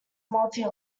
multi